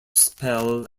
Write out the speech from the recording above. spell